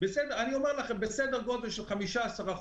אומר לכם שהמשיכות